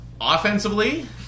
Offensively